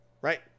Right